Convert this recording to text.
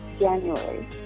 January